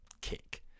kick